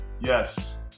Yes